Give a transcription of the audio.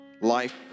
Life